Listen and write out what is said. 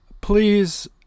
Please